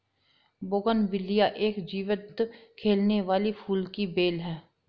bougainvillea एक जीवंत खिलने वाली फूल की बेल है